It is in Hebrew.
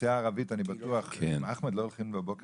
באוכלוסיה הערבית הם לא הולכים בבוקר